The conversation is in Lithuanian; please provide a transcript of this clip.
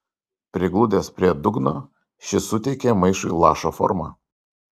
prigludęs prie dugno šis suteikė maišui lašo formą